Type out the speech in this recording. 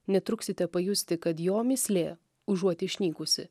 netruksite pajusti kad jo mįslė užuot išnykusi